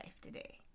today